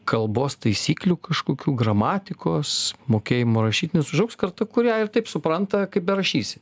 kalbos taisyklių kažkokių gramatikos mokėjimo rašyt nes užaugs karta kurią ir taip supranta kaip berašysi